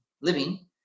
living